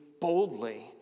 boldly